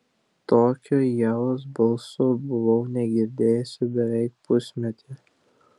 tokio ievos balso buvau negirdėjusi beveik pusmetį